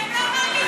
אני כל שבוע בחיפה.